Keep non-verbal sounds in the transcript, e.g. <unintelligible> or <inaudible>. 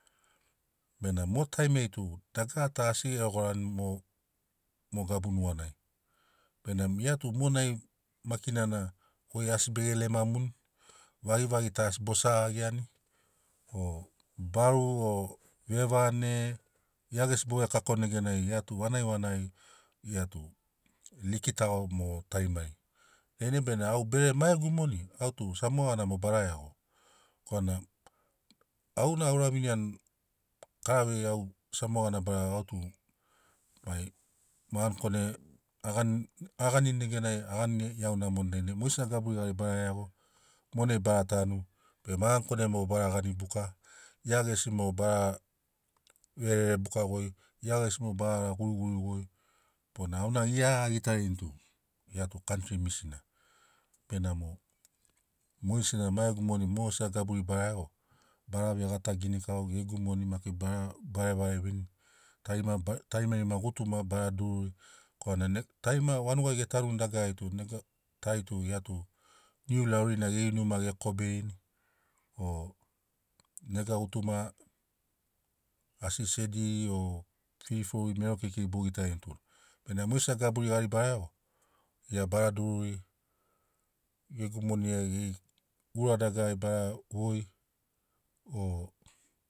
Benamo mo taimiai tu dagara ta asi eḡorani mo- mo gabu nuḡanai. Benamo ḡia tu monai maki na- na ḡoi asi beḡe lemamuni. Vaḡivaḡi ta asi boseḡagiani o baru o vevane, ḡia ḡesi bovekakoni neganai ḡia tu vanaḡi vanaḡi ḡia tu likitaḡo moḡo tarimari. Dainai bena au bere ma ḡegu moni au tu samoa ḡana mo bara iaḡo korana auna auraviniani karavei au samoa ḡana bara iaḡo au tu mai maḡani- kone aḡanin aḡanini neganai aḡani- iaunamoni dainai moḡesina gaburi ḡari bara iaḡo monai bara tanu be maḡani- kone mo bara ḡani- buka. Ḡia ḡesi moḡo bara vererebuka-ḡoi. Ḡia ḡesi mo baḡara ḡuriḡuriḡoi bona auna ḡia aḡitarini tu ḡia tu kantri misina benamo moḡesina ma ḡegu moni moḡesina gaburi bara iaḡo bara veḡata ginikau ḡegu moni maki bara varevare viniri tarima ba- tarimarima ḡutuma bara dururi korana <unintelligible> tarima vanuḡai ḡetanuni dagarari tu nega tari tu ḡia tu niu lauri na ḡeri numa ḡekoberini o nega ḡutuma asi sediri o firifouri mero keikeiri buḡitarini tu bena moḡesina gaburi ḡari bara iaḡo ḡia bara dururi ḡegu moniai ḡeri ura dagarari bara voi o